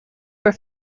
were